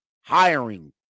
hiring